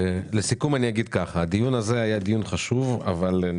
לסיכום אני אומר שהדיון הזה היה דיון חשוב אבל אני